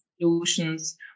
solutions